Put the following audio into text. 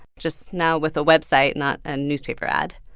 just now with a website, not a newspaper ad.